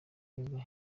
gaga